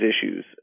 issues